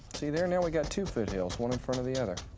see there? now we got two foothills. one infront of the other.